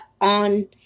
on